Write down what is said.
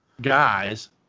guys